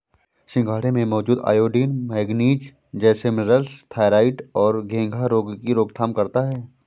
सिंघाड़े में मौजूद आयोडीन, मैग्नीज जैसे मिनरल्स थायरॉइड और घेंघा रोग की रोकथाम करता है